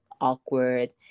awkward